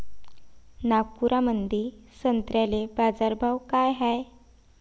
नागपुरामंदी संत्र्याले बाजारभाव काय हाय?